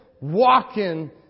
walking